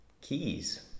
keys